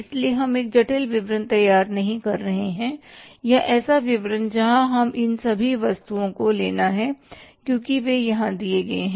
इसलिए हम एक जटिल विवरण तैयार नहीं कर रहे हैं या ऐसा विवरण जहां हमें इन सभी वस्तुओं को लेना है क्योंकि वे यहाँ दिए गए हैं